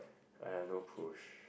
I have no push